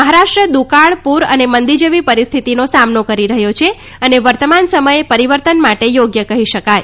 મહારાષ્ટ્ર દુકાળ પુર અને મંદી જેવી પરિસ્થિતિનો સામનો કરી રહ્યો છે અને વર્તમાન સમયે પરિવર્તન માટે યોગ્ય કહી શકાય